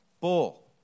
Bull